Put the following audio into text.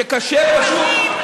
שקשה פשוט,